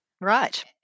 Right